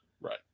Right